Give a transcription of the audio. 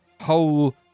whole